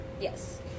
Yes